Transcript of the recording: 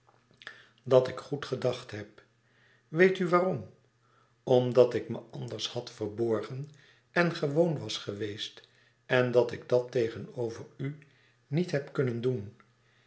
dat ik goed gedacht heb weet u waarom omdat ik me anders had verborgen en gewoon was geweest en dat ik dat tegenover u niet heb kunnen doen